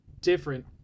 different